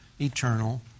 eternal